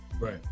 Right